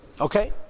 Okay